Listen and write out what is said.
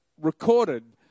recorded